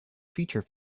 feature